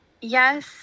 Yes